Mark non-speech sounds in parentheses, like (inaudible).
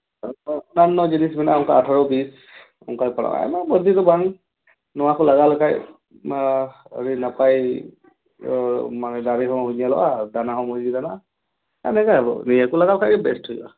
(unintelligible) ᱡᱤᱱᱤᱥ ᱢᱮᱱᱟᱜᱼᱟ ᱚᱱᱠᱟ ᱟᱴᱷᱨᱚ ᱵᱤᱥ ᱚᱱᱠᱟ ᱯᱟᱲᱟᱜᱼᱟ ᱚᱱᱟᱫᱚ ᱵᱷᱟᱹᱜᱤ ᱫᱚ ᱵᱟᱝ ᱱᱚᱣᱟ ᱠᱚ ᱞᱟᱜᱟ ᱞᱮᱠᱷᱟᱱ ᱟᱹᱰᱤ ᱱᱟᱯᱟᱭ ᱢᱟᱱᱮ ᱫᱟᱨᱮ ᱦᱚᱸ ᱧᱮᱞᱚᱜᱼᱟ ᱟᱨ ᱫᱟᱱᱟ ᱦᱚᱸ ᱵᱷᱟᱹᱜᱤ ᱜᱮ ᱫᱟᱱᱟᱜᱼᱟ (unintelligible) ᱱᱤᱭᱟᱹ ᱠᱚ ᱞᱟᱜᱟᱣ ᱞᱮᱠᱷᱟᱱ ᱜᱮ ᱵᱮᱥᱴ ᱦᱩᱭᱩᱜᱼᱟ